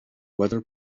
weather